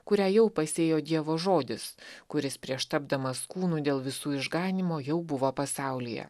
kurią jau pasėjo dievo žodis kuris prieš tapdamas kūnu dėl visų išganymo jau buvo pasaulyje